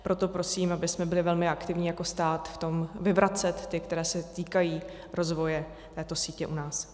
Proto prosím, abychom byli velmi aktivní jako stát v tom vyvracet ty, které se týkají rozvoje této sítě u nás.